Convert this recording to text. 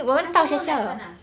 !huh! so no lesson ah